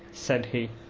said he.